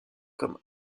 comme